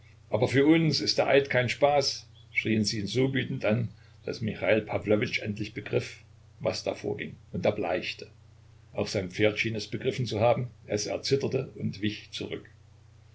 aber für uns ist der eid kein spaß schrien sie ihn so wütend an daß michail pawlowitsch endlich begriff was da vorging und erbleichte auch sein pferd schien es begriffen zu haben es erzitterte und wich zurück